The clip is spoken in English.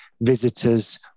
visitors